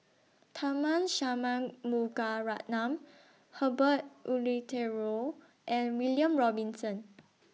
Tharman Shanmugaratnam Herbert Eleuterio and William Robinson